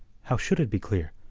how should it be clear?